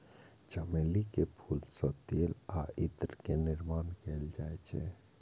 चमेली के फूल सं तेल आ इत्र के निर्माण कैल जाइ छै